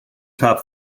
top